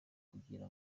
kugira